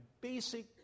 basic